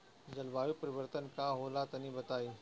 जलवायु परिवर्तन का होला तनी बताई?